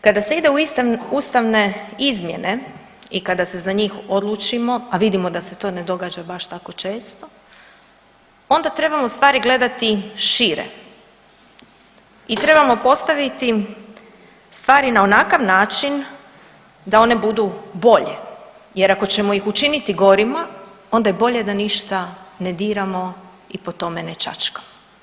Kada se ide u ustavne izmjene i kada se za njih odlučimo, a vidimo da se to ne događa baš tako često, onda trebamo stvari gledati šire i trebamo postaviti stvari na onakav način da one budu bolje jer ako ćemo ih učiniti gorima onda je bolje da ništa ne diramo i po tome ne čačkamo.